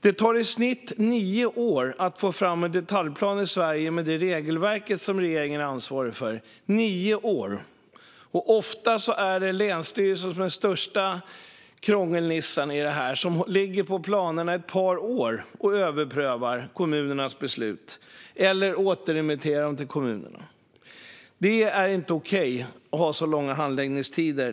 Det tar i snitt nio år att få fram en detaljplan i Sverige med det regelverk som regeringen är ansvarig för - nio år! Ofta är länsstyrelsen den största krångelnissen. Man ligger på planerna i ett par år och överprövar kommunernas beslut eller återremitterar dem till kommunerna. Det är inte okej att ha så långa handläggningstider.